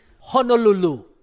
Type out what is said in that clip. Honolulu